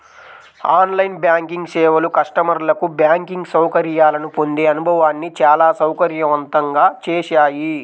on line banking సేవలు కస్టమర్లకు banking సౌకర్యాలను పొందే అనుభవాన్ని చాలా సౌకర్యవంతంగా చేశాయి